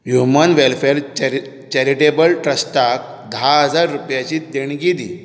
human welfare charitable ट्रस्टाक धा हजार रुपयांची देणगी दी